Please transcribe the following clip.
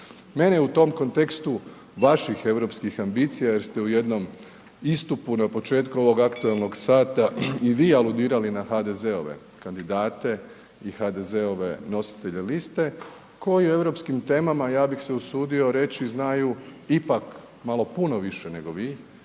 Mene u tom kontekstu vaših europskih ambicija jer ste u jednom istupu na početku ovog aktualnog sata i vi aludirali na HDZ-ove kandidate i HDZ-ove nositelje liste koji o europskim temama, ja bih se usudio reći, znaju ipak malo puno više nego vi,